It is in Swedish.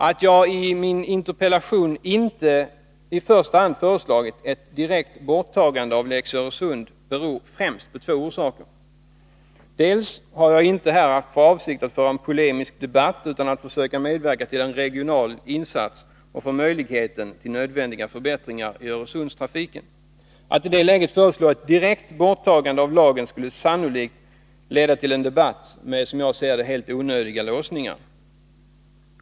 Att jag i min interpellation inte i första hand föreslagit ett direkt borttagande av lex Öresund har främst två orsaker: För det första har jag inte haft avsikten att här föra en polemisk debatt utan att försöka verka för en regional insats och för möjligheten till nödvändiga förbättringar i Öresundstrafiken. Att i det läget föreslå ett direkt borttagande av lagen skulle sannolikt leda till en debatt med helt onödiga låsningar.